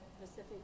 Pacific